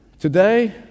Today